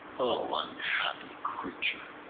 o unhappy creature!